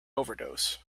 overdose